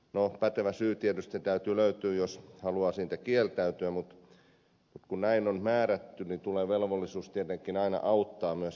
no pätevä syy tietysti täytyy löytyä jos haluaa siitä kieltäytyä mutta kun näin on määrätty niin tulee velvollisuus tietenkin aina myös auttaa ihmisiä